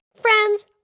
friends